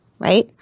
right